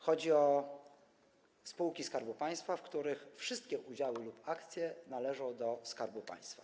Chodzi o spółki Skarbu Państwa, w których wszystkie udziały lub akcje należą do Skarbu Państwa.